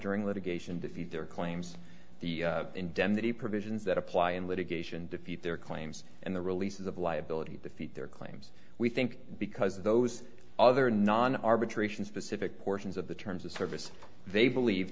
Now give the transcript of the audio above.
during litigation to feed their claims the indemnity provisions that apply in litigation defeat their claims and the releases of liability defeat their claims we think because of those other non arbitration specific portions of the terms of service they believe